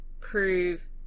prove